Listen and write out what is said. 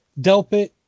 Delpit